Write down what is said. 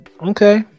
Okay